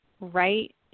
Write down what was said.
right